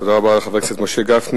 תודה רבה לחבר הכנסת משה גפני.